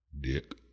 dick